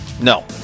No